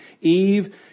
Eve